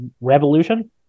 Revolution